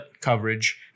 coverage